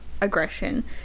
aggression